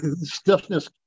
stiffness